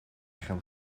gaan